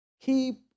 keep